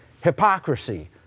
hypocrisy